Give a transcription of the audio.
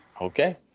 Okay